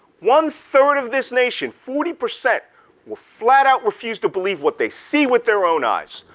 one third of this nation, forty percent will flat out refuse to believe what they see with their own eyes.